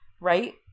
right